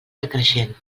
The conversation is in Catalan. decreixent